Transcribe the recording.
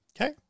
Okay